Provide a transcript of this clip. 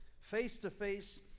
face-to-face